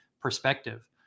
perspective